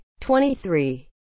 23